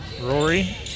Rory